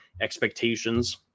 expectations